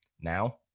now